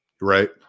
Right